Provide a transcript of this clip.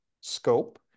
scope